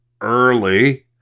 Early